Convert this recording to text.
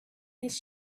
his